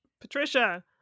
Patricia